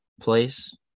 place